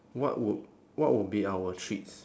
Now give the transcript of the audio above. what would what would be our treats